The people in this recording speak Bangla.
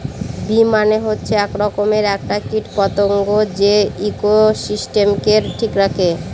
বী মানে হচ্ছে এক রকমের একটা কীট পতঙ্গ যে ইকোসিস্টেমকে ঠিক রাখে